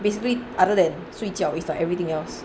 basically other than 睡觉 is like everything else